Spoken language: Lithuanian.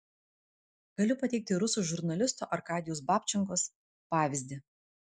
galiu pateikti rusų žurnalisto arkadijaus babčenkos pavyzdį